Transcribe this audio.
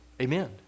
amen